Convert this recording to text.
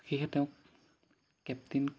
সেয়েহে তেওঁক কেপ্টেইন